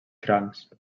crancs